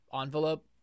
envelope